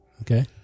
Okay